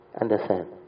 understand